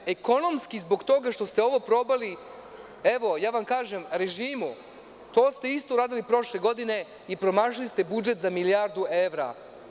Ekonomski zbog toga što ste ovo probali, evo kažem režimu, to ste isto radili prošle godine i promašili ste budžet za milijardu evra.